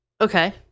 Okay